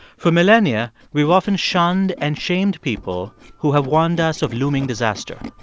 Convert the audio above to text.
for millennia, we've often shunned and shamed people who have warned us of looming disaster.